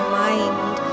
mind